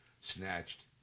Snatched